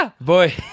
Boy